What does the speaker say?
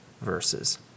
verses